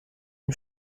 dem